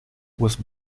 was